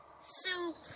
soup